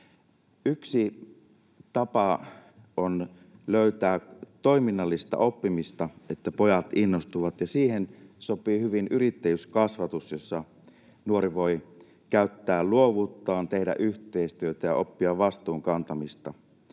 Yksi tapa on löytää toiminnallista oppimista, että pojat innostuvat, ja siihen sopii hyvin yrittäjyyskasvatus, jossa nuori voi käyttää luovuuttaan, tehdä yhteistyötä ja oppia vastuun kantamista.